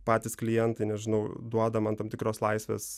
patys klientai nežinau duoda man tam tikros laisvės